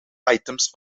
items